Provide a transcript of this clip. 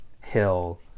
Hill